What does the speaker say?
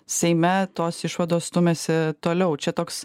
seime tos išvados stumiasi toliau čia toks